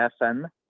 FM